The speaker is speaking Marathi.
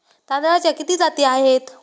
तांदळाच्या किती जाती आहेत?